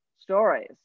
stories